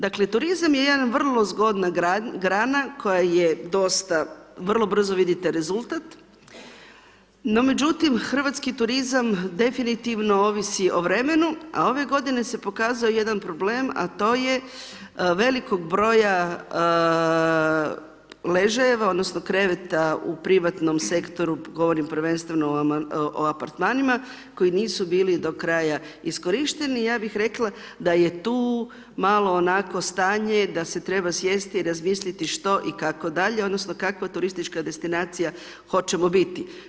Dakle, turizam je jedan vrlo zgodna grana koja je dosta vrlo brzo vidite rezultat, no međutim hrvatski turizam definitivno ovisi o vremenu, a ove godine se pokazao jedan problem, a to je velikog broja ležajeva odnosno kreveta u privatnom sektoru, govorim prvenstveno o apartmanima, koji nisu bili do kraja iskorišteni i ja bi rekla da je tu malo onako stanje da se treba sjesti i razmisliti što i kako dalje, odnosno kakva turistička destinacija hoćemo biti.